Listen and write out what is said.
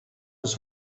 his